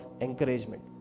encouragement